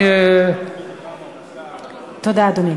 תודה, אדוני.